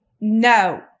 No